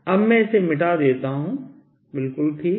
अब मैं इसे मिटा देता हूं बिलकुल ठीक